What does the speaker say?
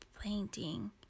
painting